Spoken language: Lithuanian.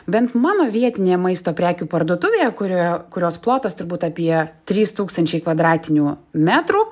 bent mano vietinėje maisto prekių parduotuvėje kurioje kurios plotas turbūt apie trys tūkstančiai kvadratinių metrų